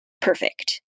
perfect